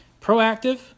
proactive